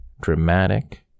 dramatic